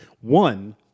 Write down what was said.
one